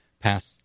passed